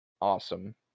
awesome